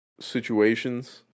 situations